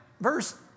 verse